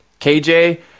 KJ